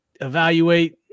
evaluate